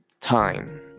Time